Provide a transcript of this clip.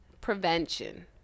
prevention